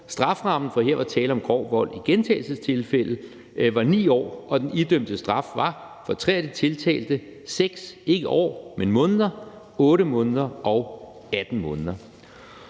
Strafferammen – for her var tale om grov vold i gentagelsestilfælde – var 9 år, og den idømte straf var for 3 af de tiltalte henholdsvis 6, ikke år, men måneder, 8 måneder